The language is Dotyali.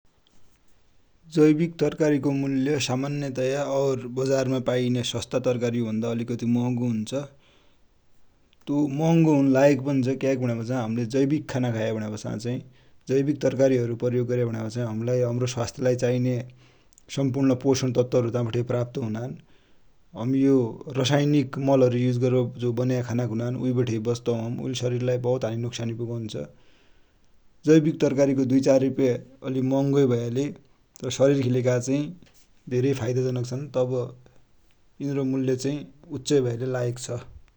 जैबिक तरकारि को मुल्य और सामान्य बजारमा पानिने सस्ता तरकारि भन्दा अलिकति महङो हुन्छ । तो महङो हुनु लायक पनि छ, क्या कि भनेपछा हमिले जैबिक खाना खाया भनेपछा चाइ, जैबिक तरकारि प्रयोग गर्यो भनेपछा चाइ, हम्लाइ हमरो स्वास्थ लाइ चाइने सम्पुर्ण पोसण तत्वहरु ता बठे प्राप्त हुनान। हमि यो रसाइनिक मल हरु प्रयोग गर्बटी बनेका खानाकि हुनान उइ बठे बच्तौ । उइले सरिर लाइ बहुत हानि नोक्सानि पुगौन्छ । जैबिक तरकारि को दुइ चार रुप्या महङ्गो भयाले सरिर कि लेखा धेरै फाइदाजनक छ्न, तब यिनरो मुल्य चाइ उच्च भया ले लायक छ।